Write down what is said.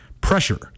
pressure